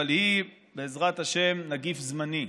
אבל היא, בעזרת השם, נגיף זמני,